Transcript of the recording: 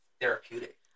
therapeutic